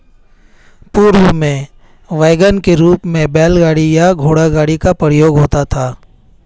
पूर्व में वैगन के रूप में बैलगाड़ी या घोड़ागाड़ी का प्रयोग होता था